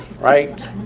right